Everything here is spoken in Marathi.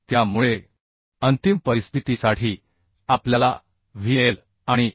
त्यामुळे अंतिम परिस्थितीसाठी आपल्याला VL आणि M